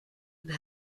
and